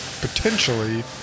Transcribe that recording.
potentially